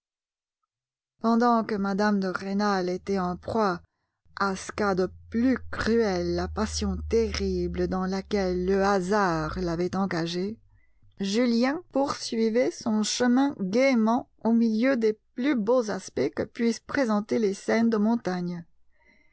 pendant que mme de rênal était en proie à ce qu'a de plus cruel la passion terrible dans laquelle le hasard l'avait engagée julien poursuivait son chemin gaiement au milieu des plus beaux aspects que puissent présenter les scènes de montagnes